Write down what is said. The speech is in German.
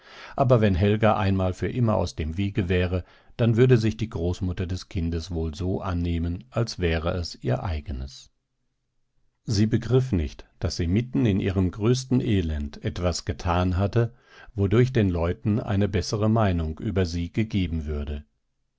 aber wenn helga einmal für immer aus dem wege wäre dann würde sich die großmutter des kindes wohl so annehmen als wäre es ihr eigenes sie begriff nicht daß sie mitten in ihrem größten elend etwas getan hatte wodurch den leuten eine bessere meinung über sie gegeben würde